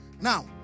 Now